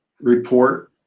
report